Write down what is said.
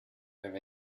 have